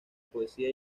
poesía